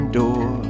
door